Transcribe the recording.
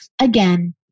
again